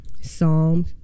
Psalm